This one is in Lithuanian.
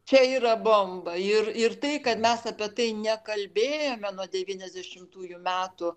čia yra bomba ir ir tai kad mes apie tai nekalbėjome nuo devyniasdešimtųjų metų